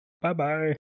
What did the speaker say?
Bye-bye